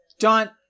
John